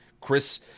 Chris